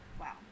Wow